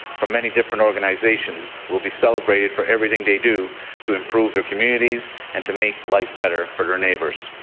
from many different organizations will be celebrated for everything they do to improve their communities and to make life better for their neighbours.